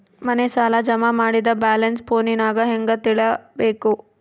ಮನೆ ಸಾಲ ಜಮಾ ಮಾಡಿದ ಬ್ಯಾಲೆನ್ಸ್ ಫೋನಿನಾಗ ಹೆಂಗ ತಿಳೇಬೇಕು?